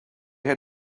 had